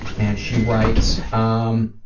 and she writes, um